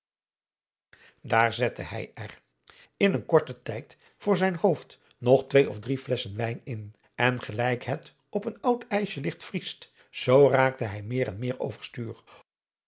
daar zette hij er in een korten tijd voor zijn hoofd nog twee of drie flesschen wijn in en gelijk het op een oud ijsje ligt vriest zoo raakte hij meer en meer overstuur